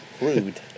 Rude